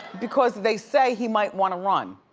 because they say he might wanna run.